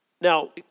Now